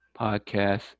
podcast